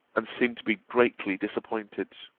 and seemed to be greatly disappointed.